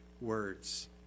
words